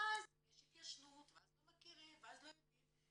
ואז יש התיישנות, ואז לא מכירים ואז לא יודעים.